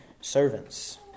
servants